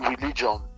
religion